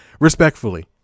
Respectfully